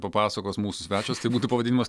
papasakos mūsų svečias tai būtų pavadinimas